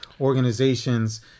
organizations